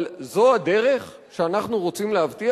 אבל זו הדרך שאנחנו רוצים להבטיח,